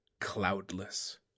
cloudless